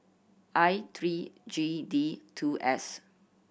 I three G D two S